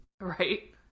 Right